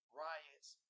riots